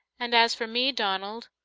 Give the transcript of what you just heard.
and as for me, donald,